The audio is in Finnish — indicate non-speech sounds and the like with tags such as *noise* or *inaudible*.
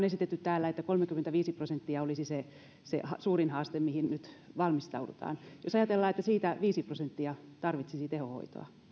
*unintelligible* esitetty täällä että kolmekymmentäviisi prosenttia olisi se se suurin haaste mihin nyt valmistaudutaan jos ajatellaan että siitä viisi prosenttia tarvitsisi tehohoitoa